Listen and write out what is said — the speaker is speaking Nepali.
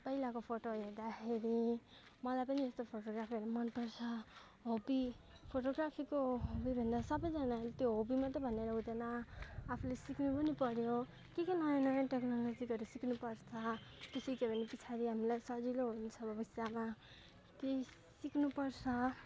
पहिलाको फोटो हेर्दाखेरि मलाई पनि यस्तो फोटोग्राफीहरू मनपर्छ हबी फोटोग्राफीको हबी भन्दा सबैजनाले त्यो हबी मात्रै भनेर हुँदैन आफूले सिक्नु पनि पर्यो के के नयाँ नयाँ टेक्नोलोजीहरू सिक्नुपर्छ त्यो सिक्यो भने पछाडि हामीलाई सजिलो हुन्छ भविष्यमा केही सिक्नुपर्छ